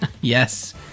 Yes